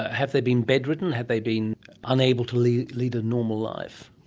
have they been bedridden? have they been unable to lead lead a normal life?